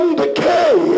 decay